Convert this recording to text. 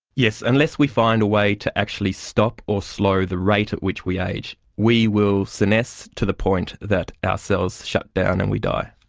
yes, unless we find a way to actually stop or slow the rate at which we age, we will senesce to the point that our cells shut down and we die.